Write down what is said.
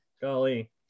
Golly